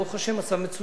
ברוך השם, הוא מצב מצוין.